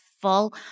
full